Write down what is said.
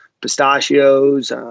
pistachios